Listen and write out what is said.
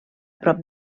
prop